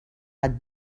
had